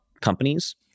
companies